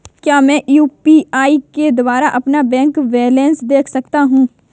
क्या मैं यू.पी.आई के द्वारा अपना बैंक बैलेंस देख सकता हूँ?